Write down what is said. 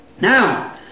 Now